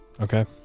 Okay